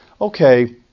okay